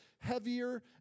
heavier